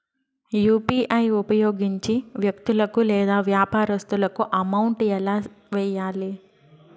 UPI ఉపయోగించి వ్యక్తులకు లేదా వ్యాపారస్తులకు అమౌంట్ ఎలా వెయ్యాలి